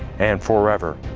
and forever.